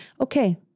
okay